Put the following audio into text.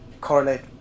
correlate